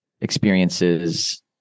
experiences